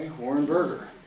warren burger.